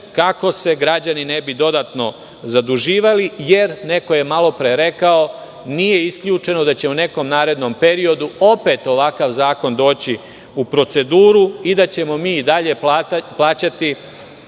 kako se građani ne bi dodatno zaduživali. Neko je malo pre rekao da nije isključeno da će u nekom narednom periodu opet ovakav zakon doći u proceduru i da ćemo i dalje plaćati